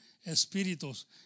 espíritus